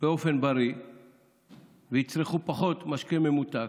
באופן בריא ויצרכו פחות משקה ממותק,